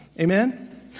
Amen